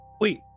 Wait